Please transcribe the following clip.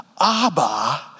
Abba